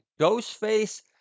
Ghostface